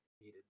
needed